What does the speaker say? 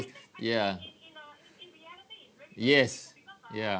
ya yes ya